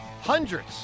hundreds